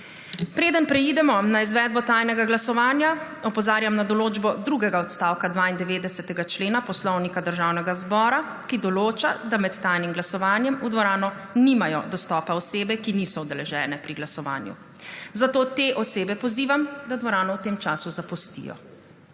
Preden preidemo na izvedbo tajnega glasovanja, opozarjam na določbo drugega odstavka 92. člena Poslovnika Državnega zbora, ki določa, da med tajnim glasovanjem v dvorano nimajo dostopa osebe, ki niso udeležene pri glasovanju. Zato te osebe pozivam, da dvorano v tem času zapustijo.